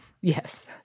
Yes